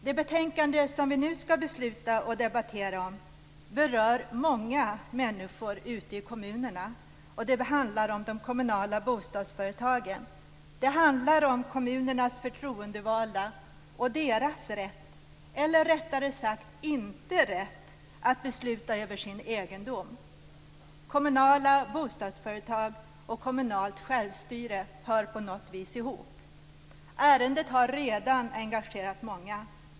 Det betänkande som vi nu skall besluta och debattera om berör många människor ute i kommunerna. Det handlar om de kommunala bostadsföretagen. Det handlar om kommunernas förtroendevalda och deras rätt - eller rättare sagt brist på rätt - att besluta över kommunal egendom. Kommunala bostadsföretag och kommunalt självstyre hör på något vis ihop. Ärendet har redan engagerat många.